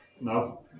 No